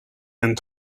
and